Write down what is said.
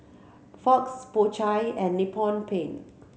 Fox Po Chai and Nippon Paint